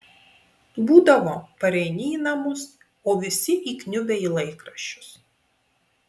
būdavo pareini į namus o visi įkniubę į laikraščius